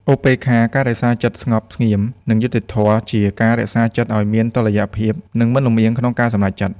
ឧបេក្ខា ការរក្សាចិត្តស្ងប់ស្ងៀម និងយុត្តិធម៌ជា ការរក្សាចិត្តឱ្យមានតុល្យភាព និងមិនលំអៀងក្នុងការសម្រេចចិត្ត។